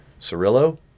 Cirillo